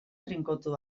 trinkotu